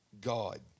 God